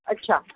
अच्छा